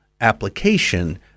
application